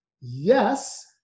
yes